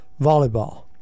volleyball